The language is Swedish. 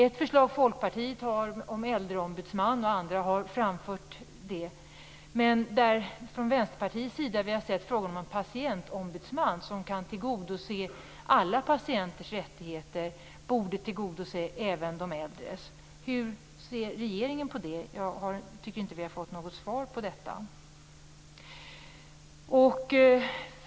Ett förslag från Folkpartiet, som även andra har framfört, gäller en äldreombudsman. Från Vänsterpartiets sida har vi talat om en patientombudsman som kan tillgodose alla patienters rättigheter, och som också borde kunna tillgodose de äldres. Hur ser regeringen på det? Det tycker jag inte att vi har fått något svar på.